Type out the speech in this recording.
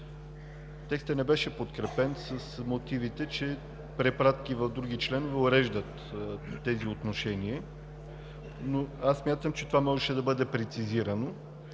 Текстът не беше подкрепен с мотивите, че препратки в други членове уреждат тези отношения. Но аз смятам, че това можеше да бъде прецизирано